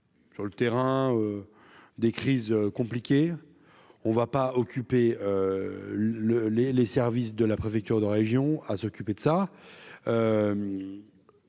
Sur le terrain des crises compliquées, on va pas occupé le les les services de la préfecture de région à s'occuper de ça.